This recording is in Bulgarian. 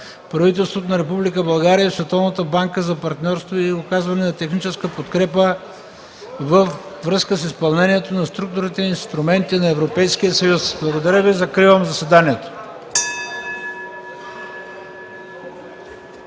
правителството на Република България и Световната банка за партньорство и оказване на техническа подкрепа във връзка с изпълнението на Структурните инструменти на Европейския съюз. Благодаря Ви. Закривам заседанието.